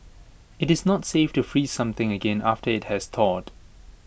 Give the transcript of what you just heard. IT is not safe to freeze something again after IT has thawed